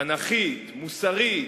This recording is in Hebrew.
תנ"כית, מוסרית,